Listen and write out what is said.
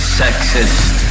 sexist